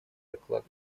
доклад